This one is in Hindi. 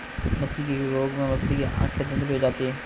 मछली के एक रोग से मछली की आंखें धुंधली हो जाती है